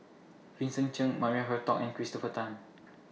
Vincent Cheng Maria Hertogh and Christopher Tan